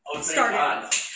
started